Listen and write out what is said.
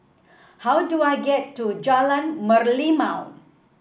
how do I get to Jalan Merlimau